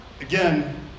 Again